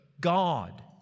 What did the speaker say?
God